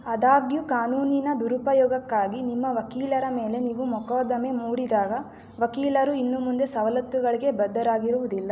ಆದಾಗ್ಯೂ ಕಾನೂನಿನ ದುರುಪಯೋಗಕ್ಕಾಗಿ ನಿಮ್ಮ ವಕೀಲರ ಮೇಲೆ ನೀವು ಮೊಕದ್ದಮೆ ಮೂಡಿದಾಗ ವಕೀಲರು ಇನ್ನು ಮುಂದೆ ಸವಲತ್ತುಗಳಿಗೆ ಬದ್ಧರಾಗಿರುವುದಿಲ್ಲ